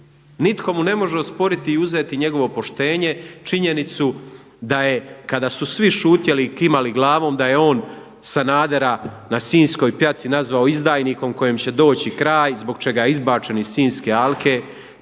Nitko mu ne može osporiti i uzeti njegovo poštenje, činjenicu da kada su svi šutjeli i kimali glavom da je on Sanadera na sinskoj pjaci nazvao izdajnikom kojem će doći kraj, zbog čega je izbačen iz Sinjske alke.